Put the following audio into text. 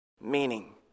meaning